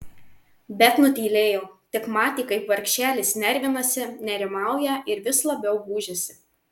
bet nutylėjo tik matė kaip vargšelis nervinasi nerimauja ir vis labiau gūžiasi